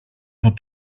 του